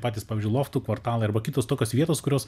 patys pavyzdžiui loftų kvartalai arba kitos tokios vietos kurios